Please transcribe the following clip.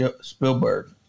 Spielberg